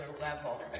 level